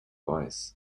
weiß